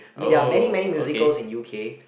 I mean there are many many musicals in U_K